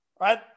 right